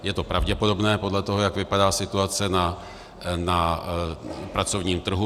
Je to pravděpodobné podle toho, jak vypadá situace na pracovním trhu.